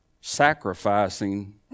sacrificing